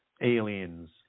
aliens